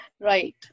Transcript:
Right